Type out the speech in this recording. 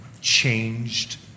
changed